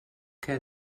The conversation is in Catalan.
que